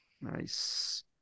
Nice